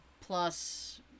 plus